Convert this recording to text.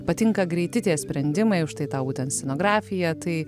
patinka greiti tie sprendimai užtai tau būtent scenografija tai